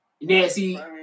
Nancy